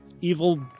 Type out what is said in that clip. evil